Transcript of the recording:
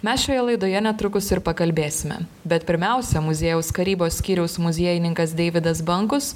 mes šioje laidoje netrukus ir pakalbėsime bet pirmiausia muziejaus karybos skyriaus muziejininkas deividas bankus